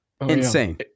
Insane